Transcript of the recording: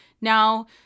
Now